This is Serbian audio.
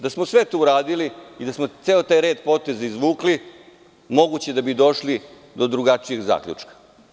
Da smo sve to uradili i da smo ceo taj red poteza izvukli, moguće je da bi došli do drugačijeg zaključka.